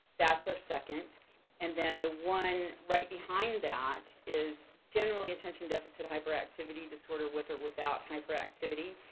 that's our second and then the one right behind that is generally attention deficit hyperactivity disorder with or without hyperactivity